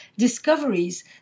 discoveries